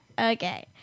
Okay